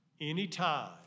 Anytime